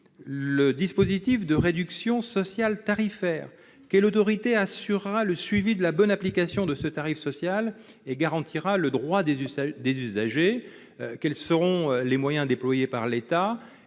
le dispositif de réduction sociale tarifaire ? Quelle autorité assurera le suivi de la bonne application de ce tarif social et garantira le droit des usagers ? Quels seront les moyens déployés par l'État ?